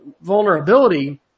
vulnerability